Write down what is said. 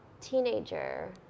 teenager